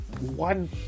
one